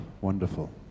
wonderful